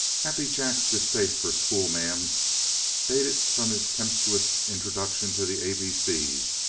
happy jack's distaste for schoolma'ams dated from his tempestuous introduction to the a b c's,